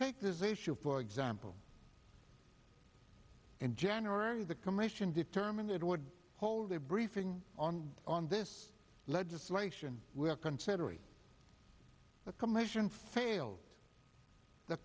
take this issue for example in january the commission determined that it would hold a briefing on on this legislation we are considering the commission failed the